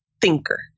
thinker